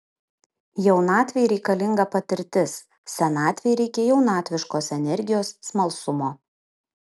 jaunatvei reikalinga patirtis senatvei reikia jaunatviškos energijos smalsumo